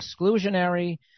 exclusionary